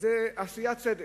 היא עשיית צדק,